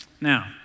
Now